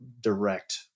direct